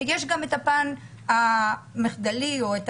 יש גם את הפן המחדלי שזה